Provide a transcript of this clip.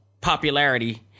popularity